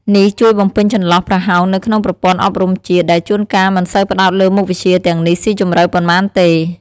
នេះជួយបំពេញចន្លោះប្រហោងនៅក្នុងប្រព័ន្ធអប់រំជាតិ ដែលជួនកាលមិនសូវផ្តោតលើមុខវិជ្ជាទាំងនេះស៊ីជម្រៅប៉ុន្មានទេ។